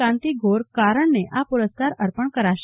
કાંતિગોર કારણને આ પુરસ્કાર અર્પણ કરાશે